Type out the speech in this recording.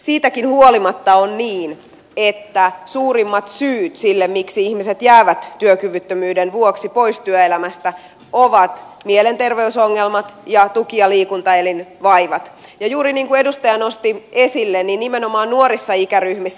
siitäkin huolimatta on niin että suurimmat syyt siihen miksi ihmiset jäävät työkyvyttömyyden vuoksi pois työelämästä ovat mielenterveysongelmat ja tuki ja liikuntaelinvaivat ja juuri niin kuin edustaja nosti esille nimenomaan nuorissa ikäryhmissä